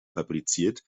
fabriziert